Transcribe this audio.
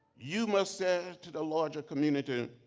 you must say to the larger community,